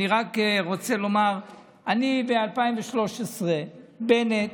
אני רק רוצה לומר, ב-2013 בנט